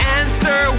answer